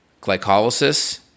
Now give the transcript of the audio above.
glycolysis